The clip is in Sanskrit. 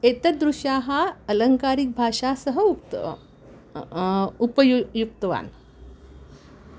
एतदृश्याः अलङ्कारिकभाषा सह उक्तवान् उपयु युक्तवान्